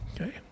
Okay